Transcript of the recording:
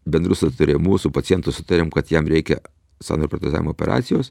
bendru sutarimu su pacientu sutariam kad jam reikia sąnario protezavimo operacijos